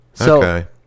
Okay